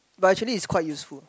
but actually is quite useful